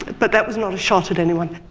but that was not a shot at anyone.